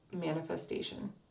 manifestation